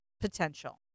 potential